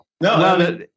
no